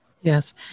Yes